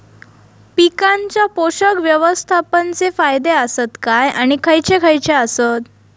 पीकांच्या पोषक व्यवस्थापन चे फायदे आसत काय आणि खैयचे खैयचे आसत?